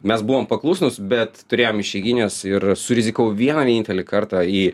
mes buvom paklusnūs bet turėjom išeigines ir surizikavau vieną vienintelį kartą į